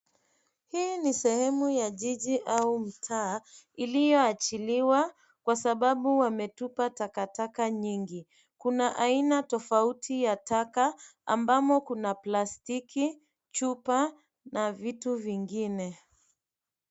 Hii ni sehemu ya jiji au mtaa iliyoachiliwa kwa sababu wametupa takataka nyingi. Kuna aina tofauti ya taka ambamo kuna plastiki, chupa na vitu vingine.